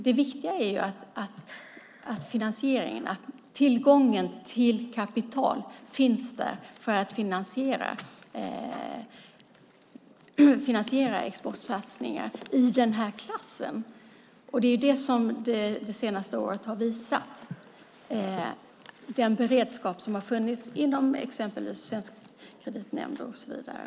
Det viktiga är att tillgången till kapital finns där för att finansiera exportsatsningar i den här klassen. Det senaste året har visat den beredskap som har funnits inom exempelvis svensk kreditnämnd och så vidare.